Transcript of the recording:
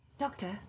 Doctor